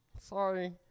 Sorry